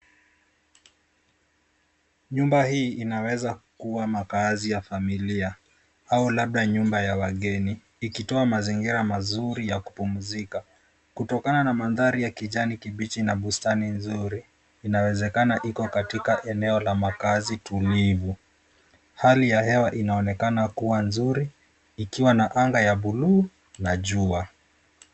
Nyumba hii inaweza kuwa makazi ya familia au labda nyumba ya wageni, ikitoa mazingira mazuri ya kupumzika kutokana na mandhari ya kijani kibichi na bustani nzuri. Inawezekana iko katika eneo la makazi tulivu. Hali ya hewa inaonekana kuwa nzuri, ikiwa na anga ya buluu na jua.